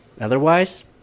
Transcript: Otherwise